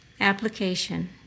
Application